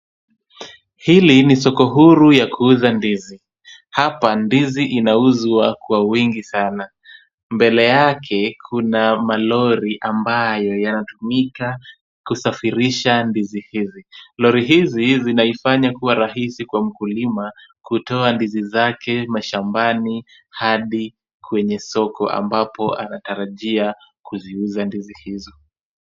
Hili ni soko huru ya kuuza ndizi. Hapa ndizi inauzwa kwa wingi sana. Mbele yake kuna malori ambayo yanatumika kusafirisha ndizi hizi. Lori hizi zinaifanya kuwa rahisi kwa mkulima, kutoa ndizi zake mashambani hadi kwenye soko ambapo anatarajia kuziuza ndizi hizo.